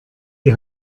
die